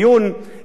לצערי הרב,